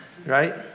Right